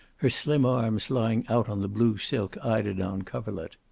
her slim arms lying out on the blue silk eiderdown coverlet.